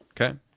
Okay